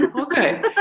okay